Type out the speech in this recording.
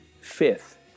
fifth